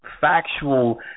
factual